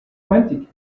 frantically